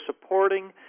supporting